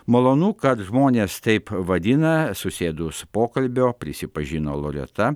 malonu kad žmonės taip vadina susėdus pokalbio prisipažino loreta